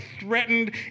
threatened